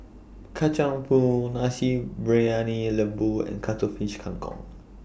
Kacang Pool Nasi Briyani Lembu and Cuttlefish Kang Kong